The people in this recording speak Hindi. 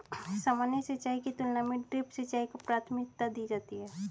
सामान्य सिंचाई की तुलना में ड्रिप सिंचाई को प्राथमिकता दी जाती है